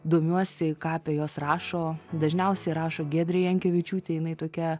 domiuosi ką apie juos rašo dažniausiai rašo giedrei jankevičiūtei jinai tokia